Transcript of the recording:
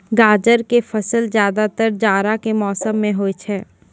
गाजर के फसल ज्यादातर जाड़ा के मौसम मॅ होय छै